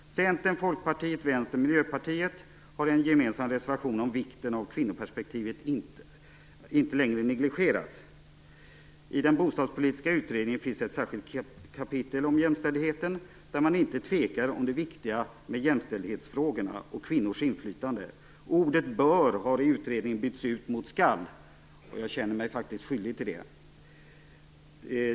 Centern, Folkpartiet, Vänstern och Miljöpartiet har en gemensam reservation om vikten av att kvinnoperspektivet inte längre negligeras. I den bostadspolitiska utredningen finns ett särskilt kapitel om jämställdheten där man inte tvekar om det viktiga med jämställdhetsfrågorna och kvinnors inflytande. Ordet "bör" har i utredningen bytts ut mot "skall". Jag känner mig faktiskt skyldig till det.